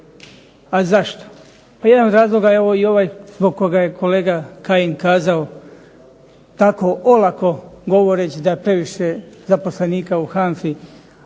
Ali zašto? Pa jedan od razloga evo i ovaj zbog koga je kolega Kajin kazao tako olako govoreći da previše zaposlenika u HANFA-i